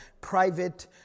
private